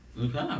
Okay